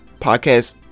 podcast